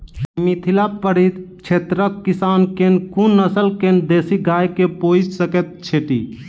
मिथिला परिक्षेत्रक किसान केँ कुन नस्ल केँ देसी गाय केँ पोइस सकैत छैथि?